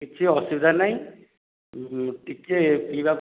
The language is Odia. କିଛି ଅସୁବିଧା ନାଇ ଟିକେ ଏ ପିଇବା